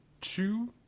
two